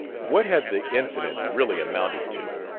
what had the incident really amounted to?